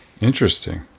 Interesting